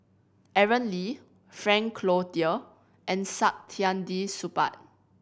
Aaron Lee Frank Cloutier and Saktiandi Supaat